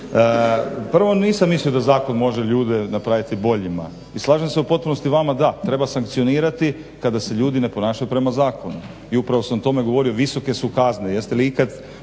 Prvo, nisam mislio da zakon može ljude napraviti boljima i slažem se u potpunosti s vama da, treba sankcionirati kada se ljudi ne ponašaju prema zakonu. I upravo sam o tome govorio visoke su kazne.